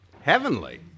Heavenly